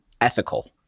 ethical